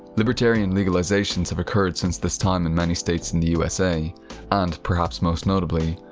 libertarian legalizations have occurred since this time in many states in the usa and, perhaps most notably,